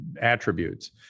attributes